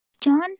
John